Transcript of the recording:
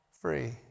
free